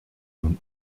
nun